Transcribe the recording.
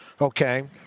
okay